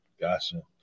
gotcha